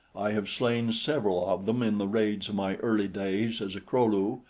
i have slain several of them in the raids of my early days as a kro-lu,